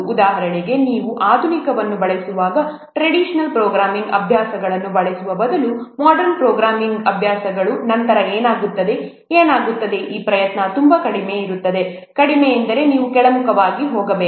ಉದಾಹರಣೆಗೆ ನೀವು ಆಧುನಿಕವನ್ನು ಬಳಸುವಾಗ ಟ್ರಡಿಷನಲ್ ಪ್ರೋಗ್ರಾಮಿಂಗ್ ಅಭ್ಯಾಸಗಳನ್ನು ಬಳಸುವ ಬದಲು ಮೊಡರ್ನ್ ಪ್ರೋಗ್ರಾಮಿಂಗ್ ಅಭ್ಯಾಸಗಳು ನಂತರ ಏನಾಗುತ್ತದೆ ಏನಾಗುತ್ತದೆ ಈ ಪ್ರಯತ್ನವು ತುಂಬಾ ಕಡಿಮೆ ಇರುತ್ತದೆ ಕಡಿಮೆ ಎಂದರೆ ನೀವು ಕೆಳಮುಖವಾಗಿ ಹೋಗಬೇಕು